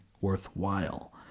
worthwhile